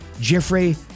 Jeffrey